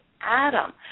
Adam